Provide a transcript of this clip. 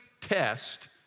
test